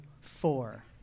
four